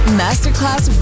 masterclass